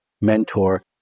mentor